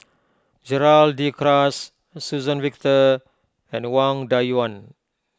Gerald De Cruz Suzann Victor and Wang Dayuan